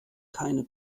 keine